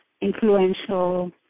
influential